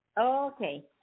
okay